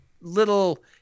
little